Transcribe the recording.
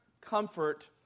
comfort